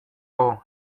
ora